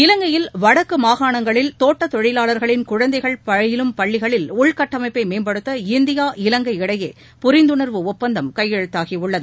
இலங்கையில் வடக்கு மாகாணங்களில் தோட்டத்தொழிலாளர்களின் குழந்தைகள் பயிலும் பள்ளிகளில் உள்கட்டமைப்பை மேம்படுத்த இந்தியா இலங்கை இடையே புரிந்துணர்வு ஒப்பந்தம் கையெழுத்தாகியுள்ளது